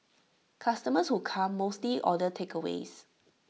customers who come mostly order takeaways